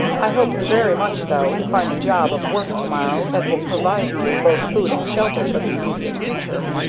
i hope very much, though, to find a job of work to-morrow that will provide me with both food and shelter for the immediate future.